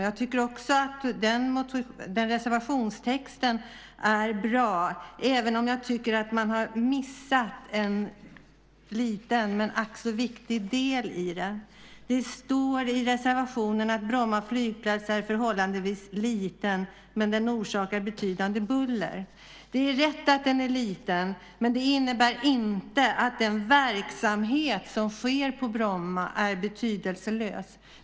Jag tycker att reservationstexten är bra, även om jag tycker att man missat en liten men ack så viktig del. Det står i reservationen att "Bromma flygplats är förhållandevis liten men den orsakar betydande buller". Det är riktigt att den är liten, men det innebär inte att den verksamhet som sker på Bromma är betydelselös.